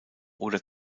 oder